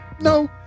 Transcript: No